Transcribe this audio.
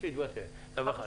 תתבטל יום אחד.